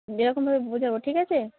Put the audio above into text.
এরকমভাবে বুঝাবো ঠিক আছে